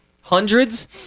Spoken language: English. Hundreds